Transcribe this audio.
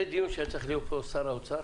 זה דיון שהיו צריכים להיות בו שר האוצר,